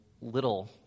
little